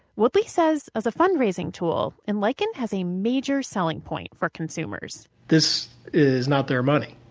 woodley says as a fundraising tool, enliken has a major selling point for consumers this is not their money.